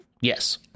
Yes